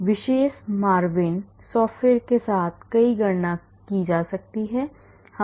तो इस विशेष MARVIN सॉफ्टवेयर के साथ कई गणना की जा सकती है